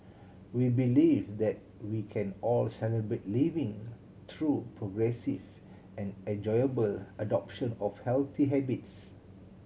we believe that we can all Celebrate Living through progressive and enjoyable adoption of healthy habits